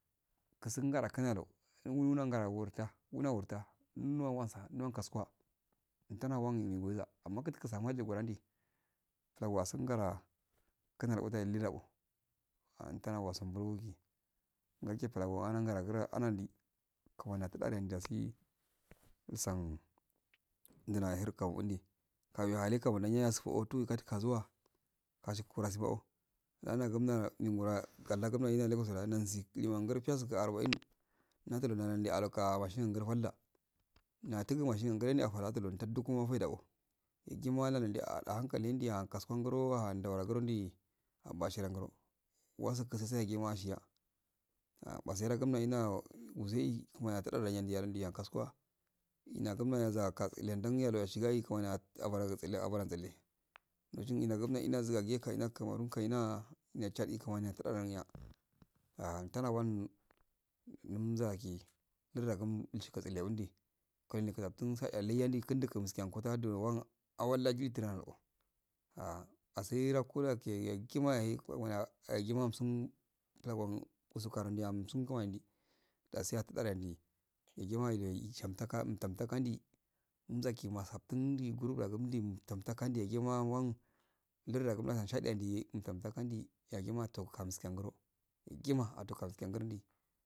Gusun gara kan nali oh kun ku lan gura wurcha kun la wurta in lowasa kun ndan kasu gu inta newa geya amma kus sura wandi pula sun gara kun ndali garu ledu kɔ anta na wasungi wun ndan chiye para ngara gi anakɔ anadi kumani akustale ani dasi sun ndra lin kan wandi kau ye han kamo so oh tu kazuwa kasi koro zo oh naho nagu nara nigura ninura kalaga legu da husi lewan go piyasku walla arba'in nudulu washaka alka washin ngara pal wa natunyi mashigi grenda to fada ko yama alanda ala du ankul he nddiya kasugn anyoro aahun garagindi abasha angoro wasu kusu sai waiya ah base ragun da naida zai kumani ate adoi ndi kasuguwa hi na gun naza ka iie ndin kumani afodan isale eash gun ile ka zugage ila cameroom kana in dea kumani ade dami ah ntara wan umzake laeda gun mishegu tsale wa wundi kunli ya ftun tsale yalai yakun nidi kun meskun nya tara ya awal da gile tare. wando ah asuro ki hu wako yaki maya eh kumani yagimaaun da ohun usukara di un sun go kuma di dasi ata tsario ya dige yegi umshyn taka umtam tka yagi wan wan lardu wayi base mgade yagi umtan taka ndi yagama ato kamuske angro yagima kamuske angurdi